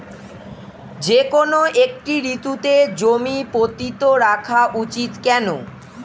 যেকোনো একটি ঋতুতে জমি পতিত রাখা উচিৎ কেন?